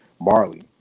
barley